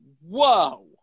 whoa